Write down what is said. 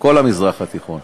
כל המזרח התיכון,